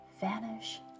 vanish